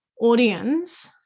audience